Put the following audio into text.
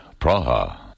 Praha